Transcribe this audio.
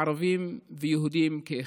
ערבים ויהודים כאחד.